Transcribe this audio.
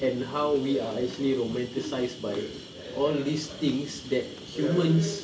and how we are actually romanticised by all these things that humans